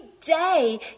day